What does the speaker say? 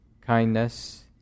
kindness